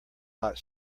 hot